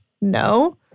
no